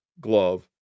glove